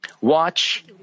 watch